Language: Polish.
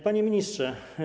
Panie Ministrze!